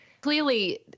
Clearly